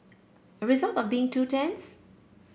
a result of being two tents